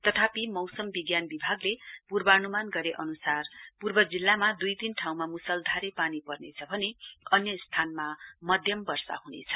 तथापि मौसम विज्ञान विभागले पूर्वानुमान गरे अनुसार पूर्व जिल्लामा दुई तीन ठाँउमा मुसलधारे पानी पर्नेछ भने अन्य स्थानमा मध्यम वर्षा हुनेछ